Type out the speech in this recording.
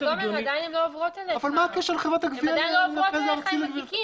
הן עדיין לא עוברות אליך עם התיקים,